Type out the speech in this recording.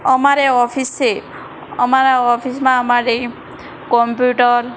અમારે ઓફિસ છે અમારા ઓફિસમાં અમારે કોંપ્યુટર